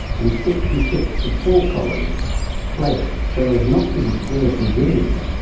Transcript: and sixty six support columns placed so as not to disturb the ruins,